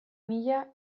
mila